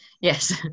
yes